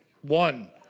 One